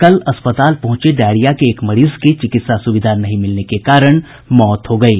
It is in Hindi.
कल अस्पताल पहुंचे डायरिया के एक मरीज की चिकित्सा सुविधा नहीं मिलने के कारण मौत हो गयी